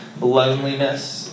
loneliness